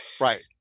Right